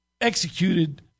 executed